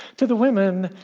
to the women,